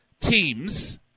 teams